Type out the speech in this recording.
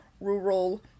rural